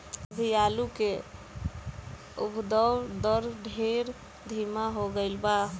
अभी आलू के उद्भव दर ढेर धीमा हो गईल बा